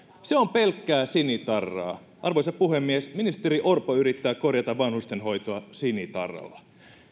se on pelkkää sinitarraa arvoisa puhemies ministeri orpo yrittää korjata vanhustenhoitoa sinitarralla